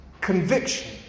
conviction